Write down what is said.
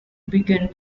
begin